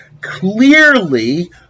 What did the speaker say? Clearly